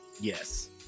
Yes